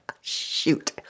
Shoot